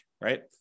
right